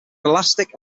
elastic